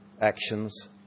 actions